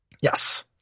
Yes